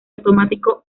automático